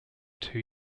two